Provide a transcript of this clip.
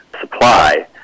supply